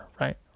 right